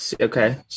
okay